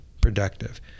productive